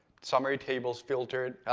summary tables filtered,